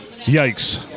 yikes